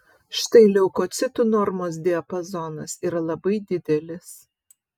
štai leukocitų normos diapazonas yra labai didelis